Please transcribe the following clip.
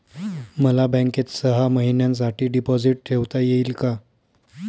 मला बँकेत सहा महिन्यांसाठी डिपॉझिट ठेवता येईल का?